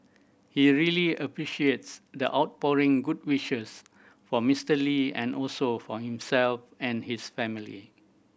he really appreciates the outpouring good wishes for Mister Lee and also for himself and his family